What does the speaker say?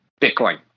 Bitcoin